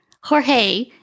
Jorge